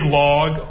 log